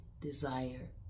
desire